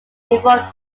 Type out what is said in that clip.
involve